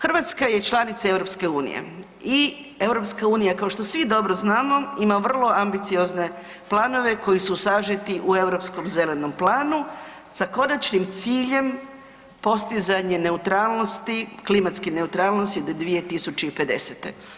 Hrvatska je članica EU i EU kao što svi dobro znamo ima vrlo ambiciozne planove koji su sažeti u Europskom zelenom planu sa konačnim ciljem postizanje neutralnosti, klimatske neutralnosti do 2050.